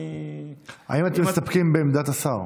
האם אתם מסתפקים בעמדת השר?